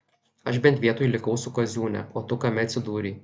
aš bent vietoj likau su kaziūne o tu kame atsidūrei